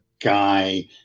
guy